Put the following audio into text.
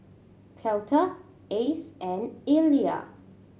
Cleta Ace and Elia